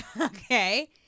Okay